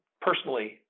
personally